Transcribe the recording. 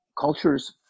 cultures